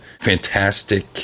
fantastic